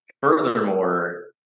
furthermore